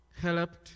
helped